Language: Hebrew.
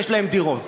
יש להם דירות.